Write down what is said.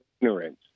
ignorance